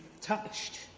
touched